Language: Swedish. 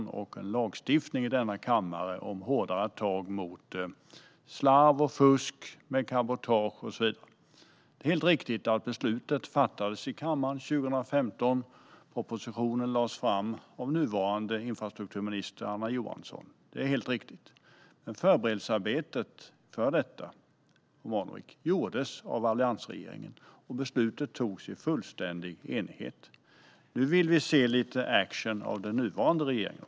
Det antogs en lagstiftning i denna kammare om hårdare tag mot slarv, fusk, cabotage och så vidare. Det är helt riktigt att beslutet fattades i kammaren 2015, och propositionen lades fram av nuvarande infrastrukturminister Anna Johansson. Men förberedelsearbetet inför detta gjordes av alliansregeringen, och beslutet fattades i fullständig enighet. Nu vill vi se lite action också från den nuvarande regeringen.